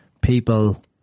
people